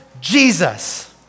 Jesus